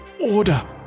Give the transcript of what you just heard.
order